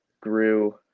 grew